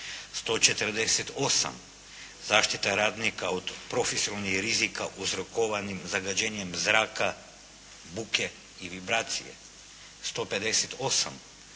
148. zaštita radnika od profesionalnih rizika uzrokovanih zagađenjem zraka, buke i vibracije,